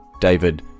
David